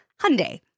Hyundai